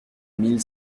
mille